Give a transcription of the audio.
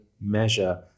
measure